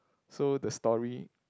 so the story